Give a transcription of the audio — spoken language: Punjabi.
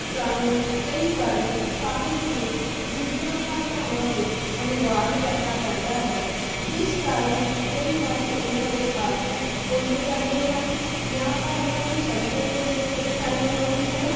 ਸਾਨੂੰ ਕਈ ਵਾਰ ਸਾਹਿਤ ਨੂੰ ਦੂਜੀਆਂ ਭਾਸ਼ਾਵਾਂ ਵਿੱਚ ਅਨੁਵਾਦ ਕਰਨਾ ਪੈਂਦਾ ਹੈ ਜਿਸ ਕਾਰਨ ਕਈ ਵਾਰ ਉਹਨਾਂ ਦੇ ਅਰਥ ਉਲਟ ਜਾਂਦੇ ਹਨ ਜਾਂ ਤਾਂ ਉਹਨਾਂ ਨੂੰ ਸਮਝਣ ਦੇ ਵਿੱਚ ਪਰੇਸ਼ਾਨੀ ਆਉਂਦੀ ਹੈ